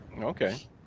Okay